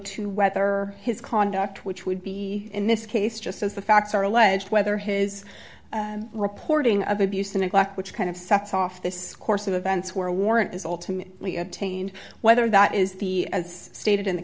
to whether his conduct which would be in this case just as the facts are alleged whether his reporting of abuse or neglect which kind of sets off this course of events where a warrant is ultimately obtained whether that is the as stated in the